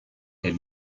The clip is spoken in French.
elles